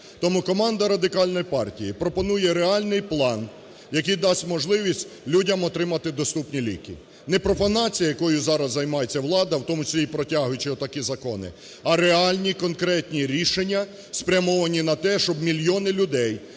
Тому команда Радикальної партії пропонує реальний план, який дасть можливість людям отримати доступні ліки. Не профанація, якою зараз займається влада, в тому числі і протягуючи такі закони, а реальні конкретні рішення, спрямовані на те, щоб мільйони людей